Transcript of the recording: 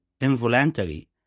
involuntarily